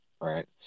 right